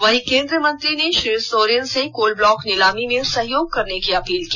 वहीं केन्द्रीय मंत्री ने श्री सोरेन से कोल ब्लॉक नीलामी में सहयोग करने की अपील की